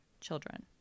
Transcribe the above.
children